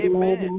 Amen